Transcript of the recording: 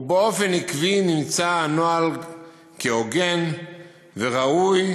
ובאופן עקבי נמצא הנוהל הוגן וראוי,